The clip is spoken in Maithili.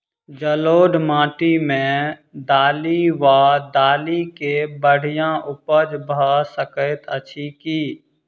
जलोढ़ माटि मे दालि वा दालि केँ बढ़िया उपज भऽ सकैत अछि की?